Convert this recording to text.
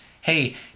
hey